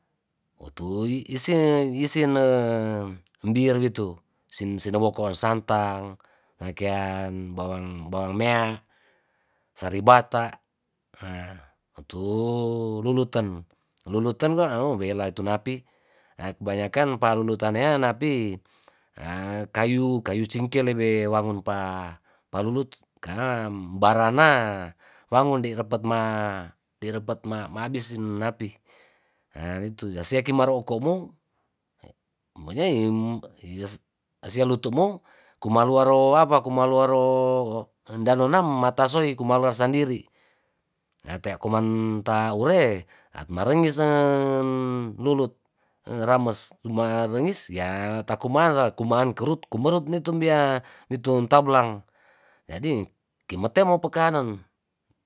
Otuy ise isena mbiar wetu sin senobokoar santang nakean bawang mea salibata otu luluten luluten kwa mobela itu napi ah kebanyakan palunutan nea napi kayu kayu cingke lebe wangon wangon pa palulut kana mbarana wangon de repetma derepetna masib sin napi nitu siaken maro okomu osia lutuo kumalu warow apa kumalu waro danonam matasoy komalor sandiri atea koman ta ure at marengi sen lulut rames tu maengis ya takuma komaan kerut kumerut nitumbea witun tablang jadi kimete mepekanon.